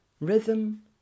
Rhythm